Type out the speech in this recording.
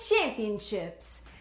championships